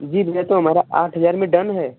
जी भैया तो हमारा आठ हजार में डन है